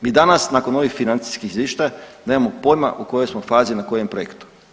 Mi danas nakon ovih financijskih izvještaja nemamo pojma u kojoj smo fazi na kojem projektu.